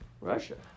Russia